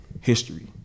history